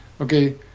Okay